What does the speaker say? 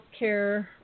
healthcare